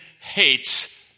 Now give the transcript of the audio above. hates